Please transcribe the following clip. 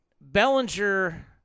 Bellinger